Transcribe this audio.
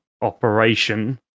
operation